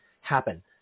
happen